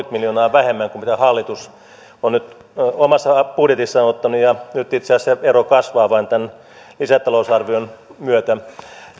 miljoonaa vähemmän kuin mitä hallitus on nyt omassa budjetissaan ottanut ja ero itse asiassa vain kasvaa tämän lisätalousarvion myötä